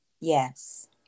Yes